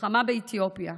מלחמה באתיופיה.